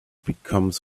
becomes